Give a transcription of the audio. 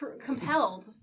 compelled